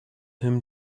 him